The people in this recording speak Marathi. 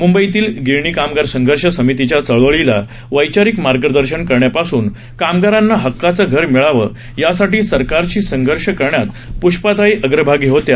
मुंबईतील गिरणी कामगार संघर्ष समितीच्या चळवळीला वैचारिक मार्गदर्शन करण्यापासून कामगारांना हक्काचे घर मिळावे यासाठी सरकारशी संघर्ष करण्यात प्ष्पाताई अग्रभागी होत्या